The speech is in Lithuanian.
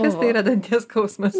kas tai yra danties skausmas